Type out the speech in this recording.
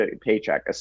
paycheck